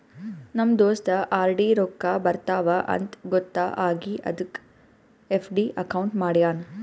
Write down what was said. ನಮ್ ದೋಸ್ತ ಆರ್.ಡಿ ರೊಕ್ಕಾ ಬರ್ತಾವ ಅಂತ್ ಗೊತ್ತ ಆಗಿ ಅದಕ್ ಎಫ್.ಡಿ ಅಕೌಂಟ್ ಮಾಡ್ಯಾನ್